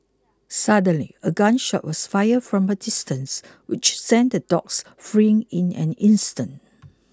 suddenly a gun shot was fired from a distance which sent the dogs fleeing in an instant